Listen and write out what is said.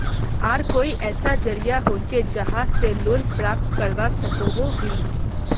आर कोई ऐसा जरिया होचे जहा से लोन प्राप्त करवा सकोहो ही?